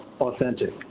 authentic